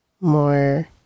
more